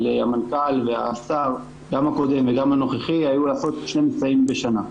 של המנכ"ל והשר גם הקודם וגם הנוכחי היו לעשות שני מבצעים בשנה.